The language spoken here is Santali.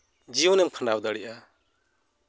ᱡᱤᱭᱚᱱᱮᱢ ᱠᱷᱟᱸᱰᱟᱣ ᱫᱟᱲᱮᱭᱟᱜᱼᱟ